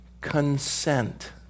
consent